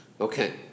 Okay